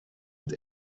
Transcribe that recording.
het